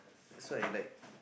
that's why I like